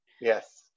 Yes